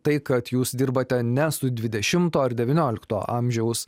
tai kad jūs dirbate ne su dvidešimto ar devyniolikto amžiaus